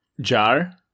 jar